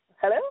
Hello